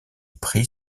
prit